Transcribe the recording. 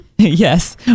Yes